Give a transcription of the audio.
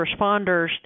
responders